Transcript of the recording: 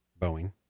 Boeing